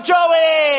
Joey